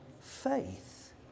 faith